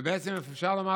ובעצם אפשר לומר